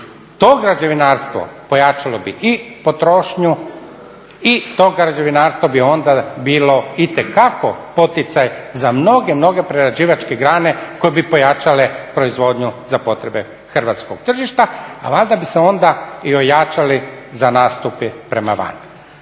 To građevinarstvo pojačalo bi i potrošnju i to građevinarstvo bi onda bilo itekako poticaj za mnoge, mnoge prerađivačke grane koje bi pojačale proizvodnju za potrebe hrvatskog tržišta. A valjda bi se onda i ojačali za nastupe prema van.